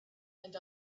and